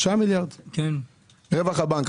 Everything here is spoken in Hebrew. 6 מיליארד, רווח הבנק.